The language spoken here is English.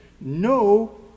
No